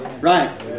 Right